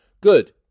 Good